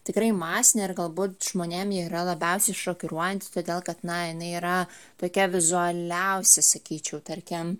tikrai masinė ir galbūt žmonėm ji yra labiausiai šokiruojantis todėl kad na jinai yra tokia vizualiausia sakyčiau tarkim